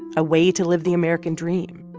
a way to live the american dream.